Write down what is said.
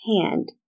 hand